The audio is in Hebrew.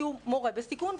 כי הוא מורה בסיכון?